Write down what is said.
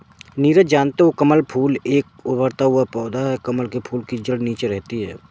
नीरज जानते हो कमल फूल एक उभरता हुआ पौधा है कमल के फूल की जड़े नीचे रहती है